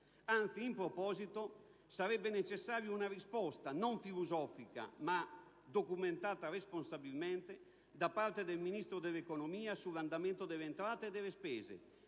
Anzi, in proposito, sarebbe necessaria una risposta non filosofica, ma documentata responsabilmente, da parte del Ministro dell'economia sull'andamento delle entrate e delle spese,